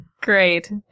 great